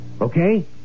Okay